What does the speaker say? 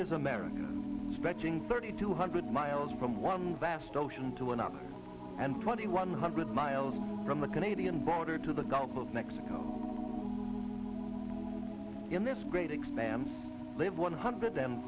is america spreading thirty two hundred miles from one vast ocean to another and twenty one hundred miles from the canadian border to the gulf of mexico in this great expanse live one hundred